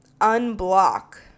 unblock